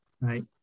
right